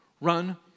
run